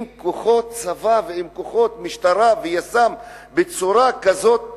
עם כוחות צבא ועם כוחות משטרה ויס"מ, בצורה כזאת